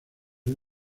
del